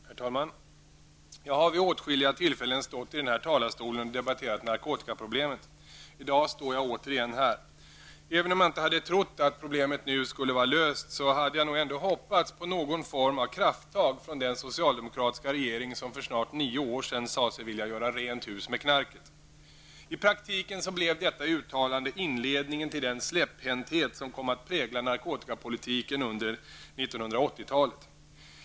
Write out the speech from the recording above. Herr talman! Jag har vid åtskilliga tillfällen stått i denna talarstol och debatterat narkotikaproblemet. I dag står jag återigen här. Även om jag inte har trott att problemet nu skulle vara löst har jag nog ändå hoppats på någon form av krafttag från den socialdemokratiska regering som för snart nio år sedan sade sig vilja göra ''rent hus med knarket''. I praktiken blev detta uttalande inledningen till den släpphänthet som kom att prägla narkotikapolitiken i Sverige under 1980-talet.